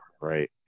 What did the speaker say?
right